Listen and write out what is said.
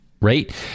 Right